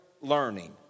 learning